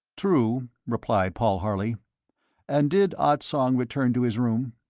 true, replied paul harley and did ah tsong return to his room?